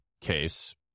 case